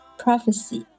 prophecy